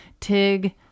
Tig